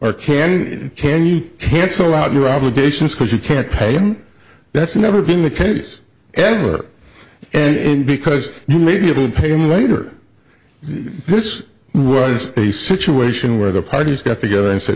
or can you can you cancel out your obligations because you can't pay them that's never been the case ever and because you may be able to pay him later this was a situation where the parties got together and said